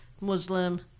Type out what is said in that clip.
Muslim